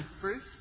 Bruce